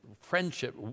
friendship